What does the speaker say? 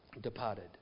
departed